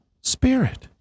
spirit